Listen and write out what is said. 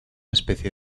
especie